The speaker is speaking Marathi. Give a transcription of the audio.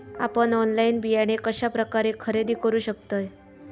आपन ऑनलाइन बियाणे कश्या प्रकारे खरेदी करू शकतय?